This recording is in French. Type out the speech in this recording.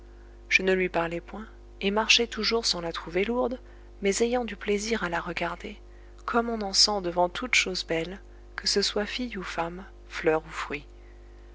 je ne lui parlais point et marchais toujours sans la trouver lourde mais ayant du plaisir à la regarder comme on en sent devant toute chose belle que ce soit fille ou femme fleur ou fruit